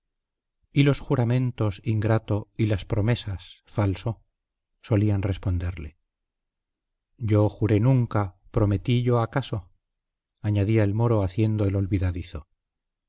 y los juramentos ingrato y las promesas falso solían responderle yo juré nunca prometí yo acaso añadía el moro haciendo el olvidadizo